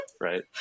right